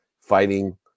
fighting